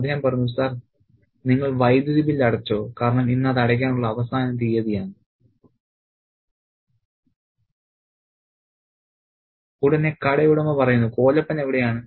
അദ്ദേഹം പറയുന്നു സർ നിങ്ങൾ വൈദ്യുതി ബിൽ അടച്ചോ കാരണം ഇന്ന് അത് അടയ്ക്കാനുള്ള അവസാന തീയതിയാണ് ഉടനെ കടയുടമ പറയുന്നു കോലപ്പൻ എവിടെയാണ്